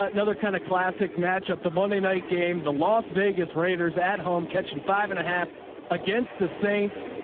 but another kind of classic matchup. the monday night game, the los vegas raiders at home catching five and a half against the saints.